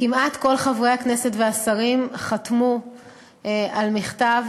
כמעט כל חברי הכנסת והשרים חתמו על מכתב